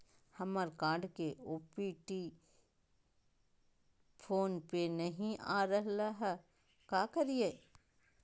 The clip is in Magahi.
हमर कार्ड के ओ.टी.पी फोन पे नई आ रहलई हई, का करयई?